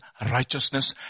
righteousness